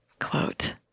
Quote